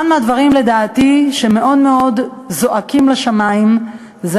אחד הדברים שלדעתי מאוד מאוד זועקים לשמים הוא